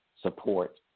support